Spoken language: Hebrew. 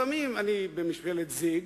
לפעמים יש ממשלת זיג,